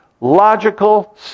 logical